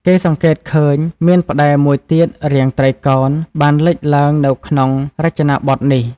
គេសង្កេតឃើញ មានផ្តែរមួយទៀតរាងត្រីកោណបានលេចឡើងនៅក្នុងរចនាបទនេះ។